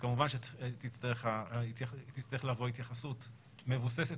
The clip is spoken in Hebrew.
כמובן שתצטרך לבוא התייחסות מבוססת